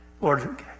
Lord